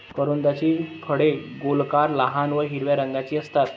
करोंदाची फळे गोलाकार, लहान व हिरव्या रंगाची असतात